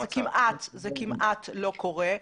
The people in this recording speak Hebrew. זה כמעט לא קורה.